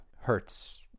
hurts